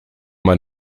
man